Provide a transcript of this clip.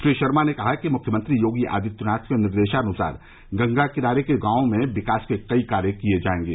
श्री शर्मा ने कहा कि मुख्यमंत्री योगी आदित्यनाथ के निर्देशान्सार गंगा किनारे के गांवों में विकास के कई कार्य किए जाएंगे